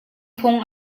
phung